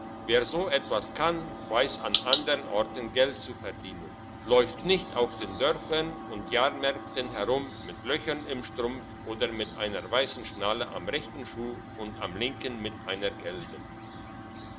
wer so etwas kann weiss an andern orten geld zu verdienen läuft nicht auf den dörfern und jahrmärkten herum mit löchern im strumpf oder mit einer weissen schnalle am rechten schuh und am linken mit einer gelben